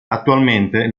attualmente